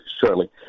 shortly